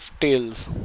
tails